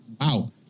wow